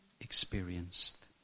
experienced